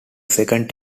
second